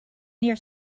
near